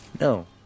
No